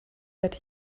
that